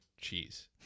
cheese